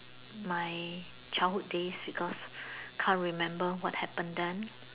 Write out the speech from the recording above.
my childhood days because can't remember what happen then